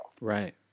Right